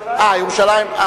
לירושלים המזרחית.